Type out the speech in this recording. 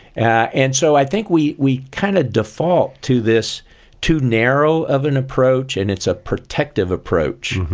and so i think we we kind of default to this too narrow of an approach, and it's a protective approach,